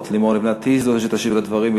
לימור לבנת היא זו שתשיב על הדברים.